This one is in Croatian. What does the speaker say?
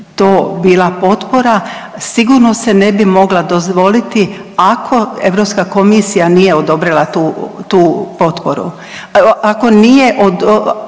potpora, sigurno se ne bi mogla dozvoliti ako Europska komisija nije odobrila tu, tu potporu, ako nije, ako